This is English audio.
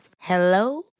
Hello